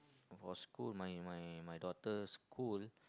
was school my my my daughter's school